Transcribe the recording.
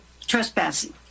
trespassing